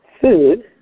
food